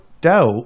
doubt